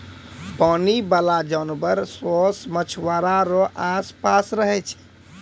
पानी बाला जानवर सोस मछुआरा रो आस पास रहै छै